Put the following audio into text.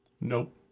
Nope